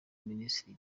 minisitiri